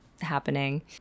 happening